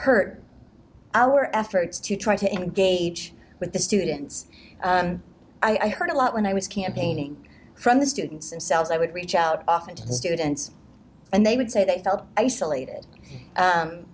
hurt our efforts to try to engage with the students i heard a lot when i was campaigning from the students themselves i would reach out often to students and they would say they felt isolated